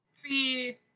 Three